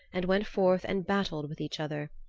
and went forth and battled with each other.